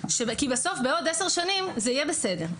כי בסוף בעוד 10 שנים זה יהיה בסדר.